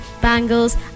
bangles